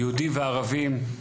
יהודים וערבים,